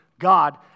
God